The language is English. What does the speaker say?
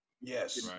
Yes